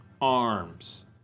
arms